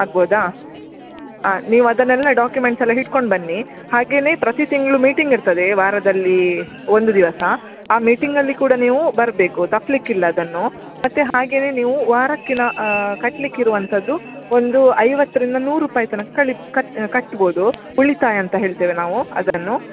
ಆಗ್ಬೋದಾ ಹಾಂ ನೀವು ಅದನ್ನೆಲ್ಲ ಡಾಕ್ಯುಮೆಂಟ್ಸ್ ಎಲ್ಲ ಹಿಡ್ಕೊಂಡು ಬನ್ನಿ ಹಾಗೆನೇ ಪ್ರತಿ ತಿಂಗಳು ಮೀಟಿಂಗ್ ಇರ್ತದೆ ವಾರದಲ್ಲೀ ಒಂದು ದಿವಸ ಆ ಮೀಟಿಂಗ್ ಅಲ್ಲಿ ಕೂಡ ನೀವು ಬರಬೇಕು ತಪ್ಪಲಿಕ್ಕಿಲ್ಲ ಅದನ್ನು ಮತ್ತೆ ಹಾಗೆನೇ ನೀವು ವಾರಕ್ಕೆ ಕಟ್ಟಲಿಕ್ಕೆ ಇರುವಂತದ್ದು ಒಂದು ಐವತ್ತರಿಂದ ನೂರು ರೂಪಾಯಿ ತನಕ ಕಳಿಸಿ ಕಟ್ ಕಟ್ಬೋದು ಉಳಿತಾಯ ಅಂತ ಹೇಳ್ತೇವೆ ನಾವು ಅದನ್ನು